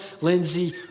Lindsey